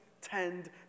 tend